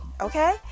okay